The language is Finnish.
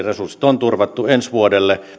resurssit on turvattu ensi vuodelle me